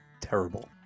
terrible